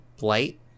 Light